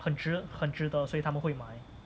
很值很值得所以他们会买